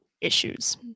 issues